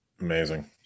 amazing